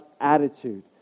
attitude